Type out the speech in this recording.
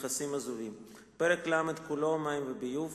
(נכסים עזובים); פרק ל' כולו (מים וביוב);